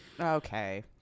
Okay